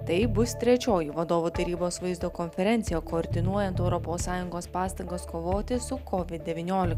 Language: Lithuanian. tai bus trečioji vadovų tarybos vaizdo konferencija koordinuojant europos sąjungos pastangas kovoti su kovid devyniolika